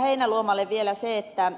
heinäluomalle vielä se että